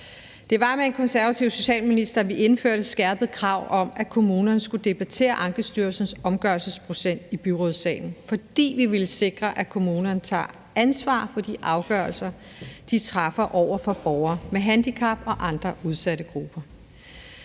Det var med en konservativ socialminister, at vi indførte et skærpet krav om, at kommunerne skulle debattere Ankestyrelsens omgørelsesprocent i byrådssalen, fordi vi ville sikre, at kommunerne tager ansvar for de afgørelser, de træffer over for borgere med handicap og andre udsatte grupper.